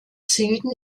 süden